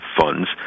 funds